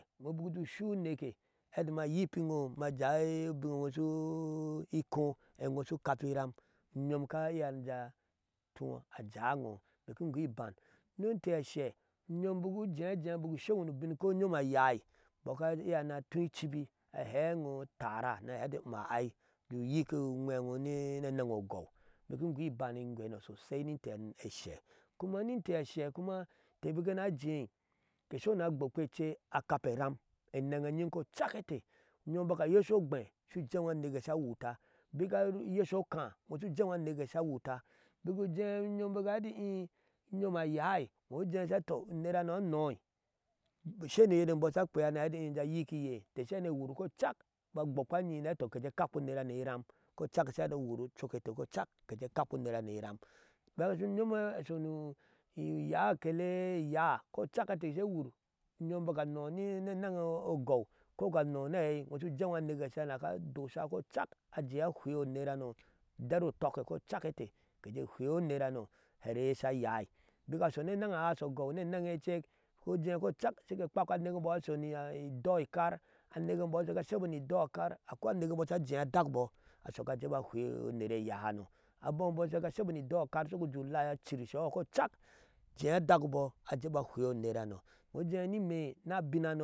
Iŋo bik ujee ushu uneke eti ma yipiŋo ajaa ikɔɔ eyo shu kapairam unyom ka iya je atuu ajaŋo imee ki in goo ibana ni inte ashɛ, unyom bik ujea jea bik usheŋoni ubinko unyom ayai imbɔ ka iya ni atuu icibi ahɛɛŋo ni atara ma ai je nyik unweŋo ni ened imee ki ingoo iban iyweno sosai ni inte ashɛ kuma ni inte ashe kuma into bik kina ajee inte esho ni agbokpe ece akaporam eneddenyin kocak inte. unyom bak ayesha ogbe shu jeeno aneke sha tuwa bik ayesha okaa shu jeedo aneke sha wuta bik ujee unyom bik ahea eti ii unyon ayai, iŋo ujee sha hee eti to unerhano anɔi shei ni uyire imbɔɔ sha kpea ni akpe unerano iram ke dak ewur cok inte kocak ke jee jee ekakpe unerhano iram bik asho unyom asho mi iyaa akale eyaa kocak inte she wur, unyom bik anɔɔ ni enɛŋ agɔw ko ga anɔɔ ni aei iŋo shu jeeno aneke ga nik adosha kocak inte ke hwea unerhano her eye sha yai bik ashomi enɛ a aishi ogɔw shecek shu ujee kocak shiga ekpakpa aneke eimbo sha sho ni ido eikar anekek e imboo shiga shibɔ ni ido eiker ko anehe eimbo shi ajea adakbo asho ajeebo ahwei uner eyaahano abom eimbo shiga shebɔ ni doo ekar ulai acir ishoho kocak ajea adakbo ajebɔ ahwei unerhano, iŋo ujee ni ime abin.